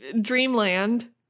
dreamland